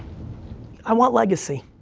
i want legacy.